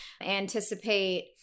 anticipate